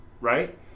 Right